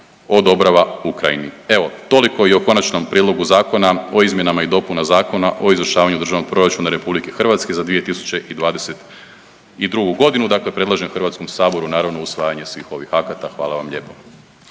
odobrava Ukrajini. Evo, toliko i o Konačnom prijedlogu Zakona o izmjenama i dopunama Zakona izvršavanju Državnog proračuna RH za 2022. godinu. Dakle, predlažem Hrvatskom saboru naravno usvajanje svih ovih akata. Hvala vam lijepo.